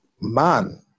man